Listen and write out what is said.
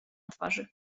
twarzy